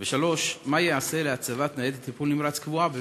3. מה ייעשה להצבת ניידת טיפול נמרץ קבועה בביתר-עילית?